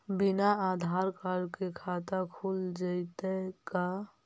बिना आधार कार्ड के खाता खुल जइतै का?